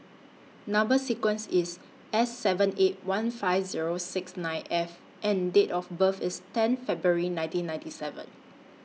Number sequence IS S seven eight one five Zero six nine F and Date of birth IS ten February nineteen ninety seven